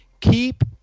keep